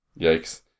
Yikes